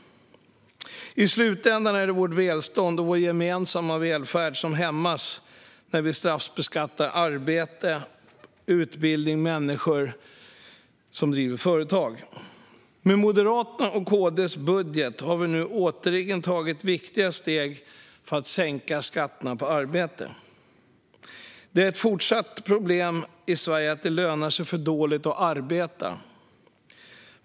I slutändan är det vårt välstånd och vår gemensamma välfärd som hämmas när vi straffbeskattar arbete, utbildning och människor som driver företag. Med Moderaternas och KD:s budget har vi nu återigen tagit viktiga steg för att sänka skatten på arbete. Det är fortsatt ett problem i Sverige att det lönar sig för dåligt att arbeta.